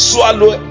Swallow